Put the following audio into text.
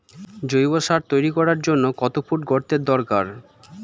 জৈব সার তৈরি করার জন্য কত ফুট গর্তের দরকার?